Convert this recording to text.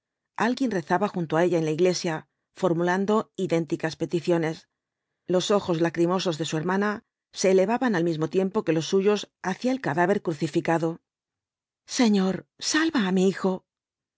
alguien rezaba junto á ella en la iglesia formulando idénticas peticiones los ojos lacrimosos de su hermana se elevaban al mismo tiempo que los suyos hacia el cadáver crucificado señor salva á mi hijo